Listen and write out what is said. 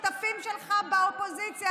השותפים שלך באופוזיציה,